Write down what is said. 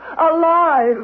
alive